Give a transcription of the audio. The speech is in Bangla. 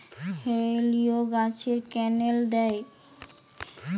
হেলিলিও গাছে ক্যানেল দেয়?